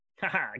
Ha-ha